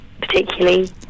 particularly